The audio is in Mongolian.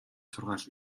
сургаал